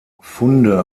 funde